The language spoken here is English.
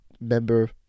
member